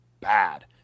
bad